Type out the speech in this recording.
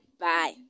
Bye